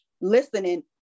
listening